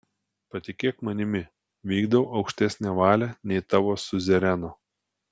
patikėk manimi vykdau aukštesnę valią nei tavo siuzereno